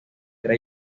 era